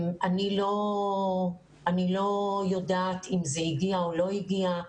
אני לא יודעת אם זה הגיע או לא הגיע.